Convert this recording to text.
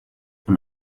und